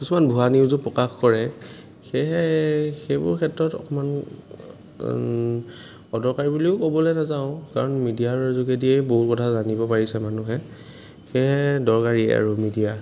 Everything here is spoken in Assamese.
কিছুমান ভুৱা নিউজো প্ৰকাশ কৰে সেয়েহে সেইবোৰ ক্ষেত্ৰত অকণমান অদৰকাৰী বুলিও ক'বলৈ নাযাওঁ কাৰণ মিডিয়াৰ যোগেদিয়েই বহুত কথা জানিব পাৰিছে মানুহে সেয়েহে দৰকাৰী আৰু মিডিয়া